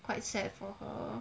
quite sad for her